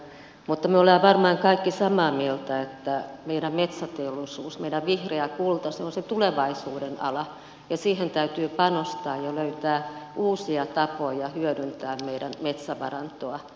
mutta me olemme varmaan kaikki samaa mieltä että meidän metsäteollisuutemme meidän vihreä kultamme se on se tulevaisuuden ala ja siihen täytyy panostaa ja löytää uusia tapoja hyödyntää meidän metsävarantoamme